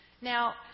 Now